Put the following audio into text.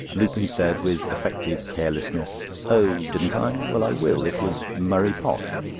lupin said, with affected carelessness oh didn't i? well, i will. it was murray posh.